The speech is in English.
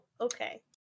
Okay